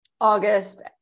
August